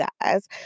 guys